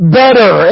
better